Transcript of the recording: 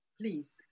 Please